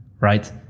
right